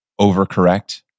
overcorrect